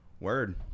Word